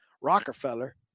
Rockefeller